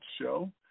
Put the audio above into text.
Show